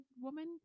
woman